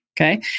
Okay